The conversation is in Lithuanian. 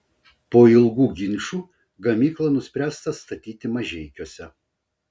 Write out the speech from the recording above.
po ilgų ginčų gamyklą nuspręsta statyti mažeikiuose